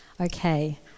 Okay